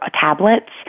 tablets